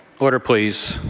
order, please.